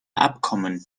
abkommen